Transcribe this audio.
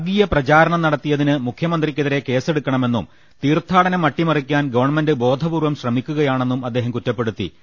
വർഗീയ പ്രചാരണം നടത്തിയതിന് മുഖ്യമന്ത്രിക്കെതിരെ കേസെടുക്കണമെന്നും തീർത്ഥാടനം അട്ടിമറിക്കാൻ ഗവൺമെന്റ് ബോധപൂർവം ശ്രമിക്കുകയാണെന്നും അദ്ദേഹം കുറ്റപ്പെടുത്തി